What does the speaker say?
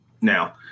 Now